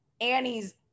Annie's